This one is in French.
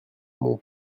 mon